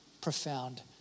profound